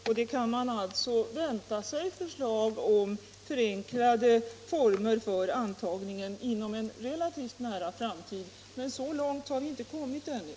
Förslag kan väntas inom en relativt nära framtid om förenklade former för intagningen, men så långt har vi inte kommit ännu.